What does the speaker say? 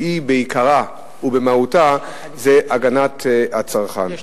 שהיא בעיקרה ובמהותה הגנת הצרכן.